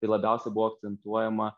tai labiausia buvo akcentuojama